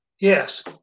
Yes